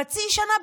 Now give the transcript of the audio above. חצי שנה,